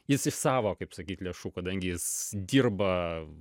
jis iš savo kaip sakyt lėšų kadangi jis dirba